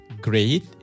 great